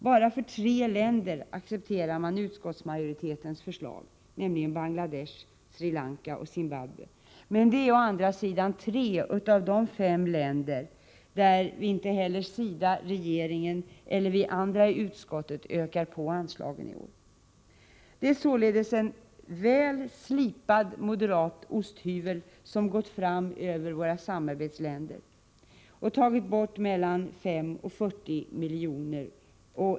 Bara för tre länder accepterar man utskottsmajoritetens förslag — det gäller Bangladesh, Sri Lanka och Zimbabwe — men det är å andra sidan tre av de fem länder där inte heller SIDA, regeringen eller vi andra i utskottet ökar på anslagen i år. Det är således en väl slipad moderat osthyvel som gått fram över våra samarbetsländer och tagit bort mellan 5 och 40 miljoner.